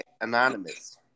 anonymous